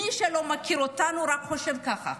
רק מי שלא מכיר אותנו חושב ככה.